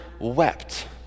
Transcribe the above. wept